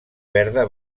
verda